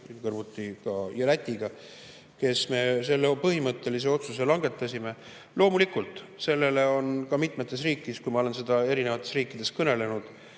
kõrvuti Lätiga, kes me selle põhimõttelise otsuse langetasime. Loomulikult on sellele mitmetes riikides, kui ma olen seda erinevates riikides kõnelenud,